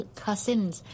cousins